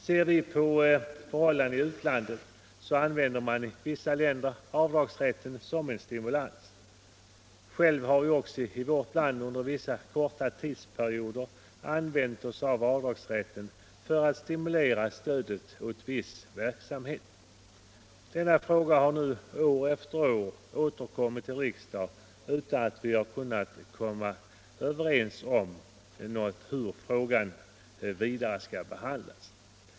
Ser vi på förhållandena i utlandet så använder man i vissa länder avdragsrätten som en stimulans. Själva har vi också i vårt land, under vissa korta tidsperioder, använt oss av avdragsrätten för att stimulera stödet åt viss verksamhet. Denna fråga har nu år efter år återkommit till riksdagen utan att vi har kunnat komma överens om hur den vidare skall behandlas.